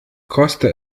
koste